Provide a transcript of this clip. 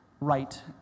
Right